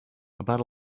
about